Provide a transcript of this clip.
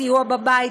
סיוע בבית,